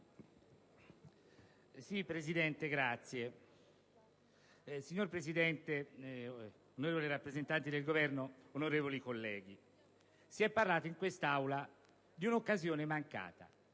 Signor Presidente, onorevoli rappresentanti del Governo, onorevoli colleghi, si è parlato in questa Aula di un'occasione mancata: